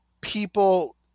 people